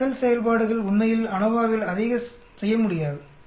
Excel செயல்பாடுகள் உண்மையில் அநோவாவில் அதிகம் செய்ய முடியாது